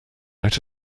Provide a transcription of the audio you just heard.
out